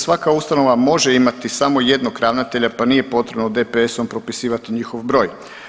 Svaka ustanova može imati samo jednog ravnatelja, pa nije potrebno DPS-om propisivati njihov broj.